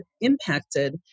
impacted